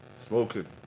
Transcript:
smoking